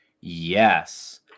Yes